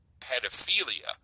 pedophilia